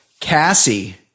Cassie